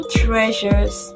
treasures